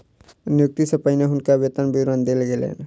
नियुक्ति सॅ पहिने हुनका वेतन विवरण देल गेलैन